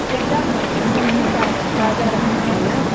मेरी सब्ज़ि ताज़ी रहती है ना